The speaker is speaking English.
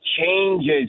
changes